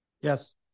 Yes